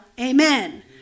Amen